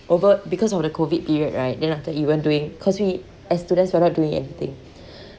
of a because of the COVID period right then after even doing because we as students we are not doing anything